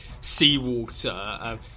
seawater